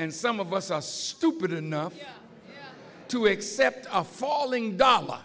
and some of us are stupid enough to accept a falling dollar